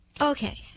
Okay